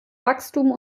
wachstum